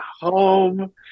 home